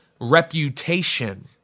reputation